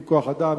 עם כוח-אדם,